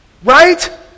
right